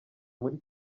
muri